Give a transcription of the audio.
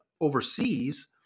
overseas